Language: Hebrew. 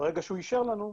וברגע שהוא אישר לנו,